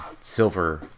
silver